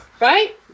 Right